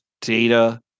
data